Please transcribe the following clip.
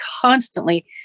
constantly